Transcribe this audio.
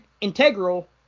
integral